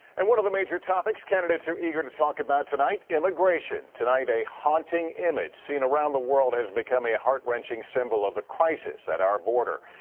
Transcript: and one of the major topics candidates are eager to talk about tonight, immigration. tonight a haunting image seen around the world is becoming a heart wrenching symbol of the crisis at our border.